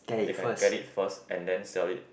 they can get it first and then sell it